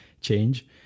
change